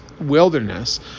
wilderness